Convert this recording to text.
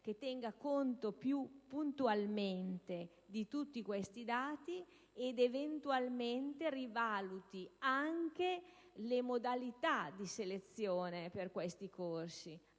che tenga conto più puntualmente di tutti questi dati, eventualmente, rivaluti anche le modalità di selezione per questi corsi.